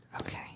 okay